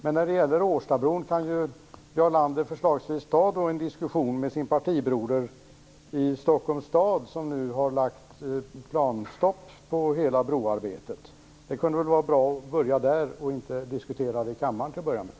Men när det gäller Årstabron kan Jarl Lander förslagsvis ta en diskussion med sin partibroder i Stockholms stad, som nu har lagt ett planstopp på hela broarbetet. Det kunde väl vara bra att börja där och inte börja med att diskutera det i kammaren.